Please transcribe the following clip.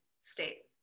state